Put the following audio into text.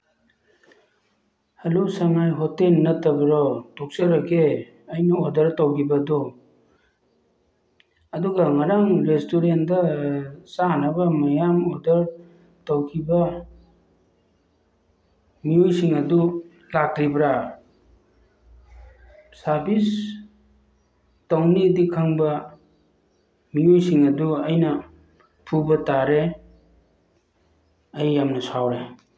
hello ꯉꯁꯥꯏ ꯍꯣꯇꯦꯟ ꯅꯠꯇꯕꯔꯣ ꯇꯣꯛꯆꯜꯂꯛꯀꯦ ꯑꯩꯅ ꯑꯣꯔꯗꯔ ꯇꯧꯈꯤꯕꯗꯣ ꯑꯗꯨꯒ ꯉꯔꯥꯡ ꯔꯦꯗꯇꯨꯔꯦꯟꯗ ꯆꯥꯅꯕ ꯃꯌꯥꯝ ꯑꯣꯔꯗꯔ ꯇꯧꯈꯤꯕ ꯃꯤꯑꯣꯏꯁꯤꯡ ꯑꯗꯨ ꯂꯥꯛꯇ꯭ꯔꯤꯕ꯭ꯔꯥ ꯁꯥꯔꯚꯤꯁ ꯇꯧꯅꯤꯗꯤ ꯈꯪꯕ ꯃꯤꯑꯣꯏꯁꯤꯡ ꯑꯗꯨ ꯑꯩꯅ ꯐꯨꯕ ꯇꯥꯔꯦ ꯑꯩꯅ ꯌꯥꯝꯅ ꯁꯥꯎꯔꯦ